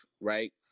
right